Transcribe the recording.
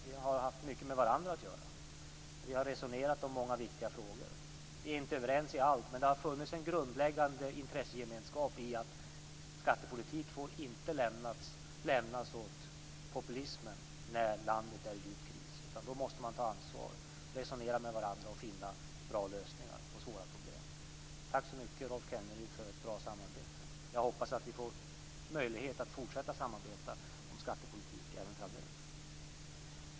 Vi har haft mycket med varandra att göra, och vi har resonerat om många viktiga frågor. Vi är inte överens om allt, men det har funnits en grundläggande intressegemenskap i att skattepolitik inte får lämnas åt populismen när landet är i djup kris. Då måste man ta ansvar, resonera med varandra och finna bra lösningar på svåra problem. Tack så mycket, Rolf Kenneryd, för ett bra samarbete! Jag hoppas att vi får möjlighet att fortsätta samarbeta om skattepolitik även framöver.